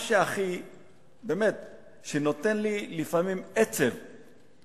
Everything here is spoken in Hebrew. מה שמעציב אותי לפעמים זה